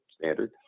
standard